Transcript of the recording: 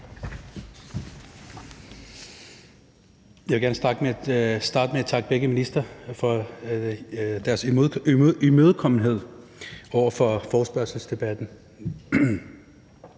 Jeg vil gerne starte med at takke begge ministre for deres imødekommenhed over for forespørgselsdebatten.